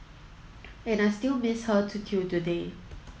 and I still miss her too till today